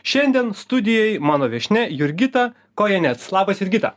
šiandien studijoj mano viešnia jurgita kojenets labas jurgita